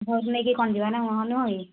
ଘରୁ ନେଇ କି କ'ଣ ଯିବା ନା ନୁହଁ କି